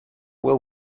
will